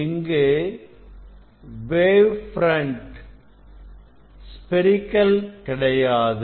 இங்கு wave front spherical கிடையாது